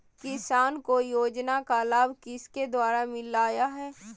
किसान को योजना का लाभ किसके द्वारा मिलाया है?